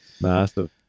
Massive